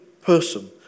person